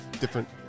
different